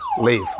Leave